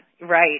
Right